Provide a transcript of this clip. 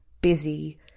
busy